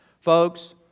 Folks